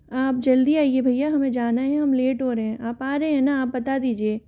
आप जल्दी आइए भइया हमें जाना है हम लेट हो रहे हैं आप आ रहे हैं न आप बता दीजिए